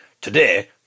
today